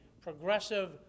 progressive